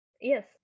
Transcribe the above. yes